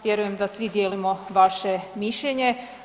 Vjerujem da svi dijelimo vaše mišljenje.